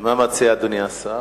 מה מציע אדוני השר?